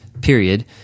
period